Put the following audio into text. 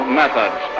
methods